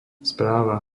správa